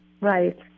Right